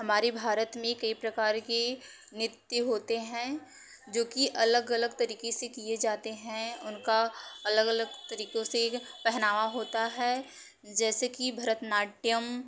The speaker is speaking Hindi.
हमारे भारत में कई प्रकार के नृत्य होते हैं जो कि अलग अलग तरीके से किए जाते हैं उनका अलग अलग तरीकों से पहनावा होता है जैसे कि भरतनाट्यम